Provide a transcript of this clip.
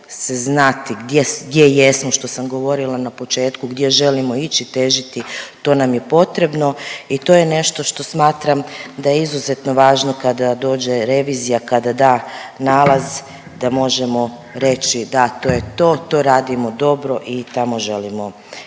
se znati gdje jesmo što sam govorila na početku, gdje želimo ići težiti to nam je potrebno i to je nešto što smatram da je izuzetno važno kada dođe revizija kada da nalaz da možemo reći da to je to, to radimo dobro i tamo želimo